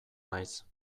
naiz